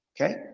okay